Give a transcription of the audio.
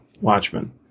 Watchmen